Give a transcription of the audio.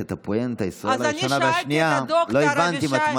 את הפואנטה של ישראל הראשונה והשנייה לא הבנת.